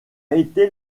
été